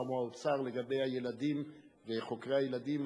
עם האוצר לגבי הילדים וחוקרי הילדים,